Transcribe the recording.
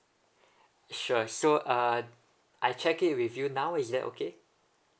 sure so uh I check it with you now is that okay